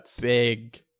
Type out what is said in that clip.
big